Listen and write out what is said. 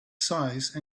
size